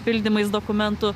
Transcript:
pildymais dokumentų